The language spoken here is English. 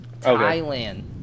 thailand